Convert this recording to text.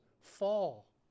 fall